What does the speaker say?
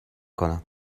کنم